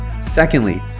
Secondly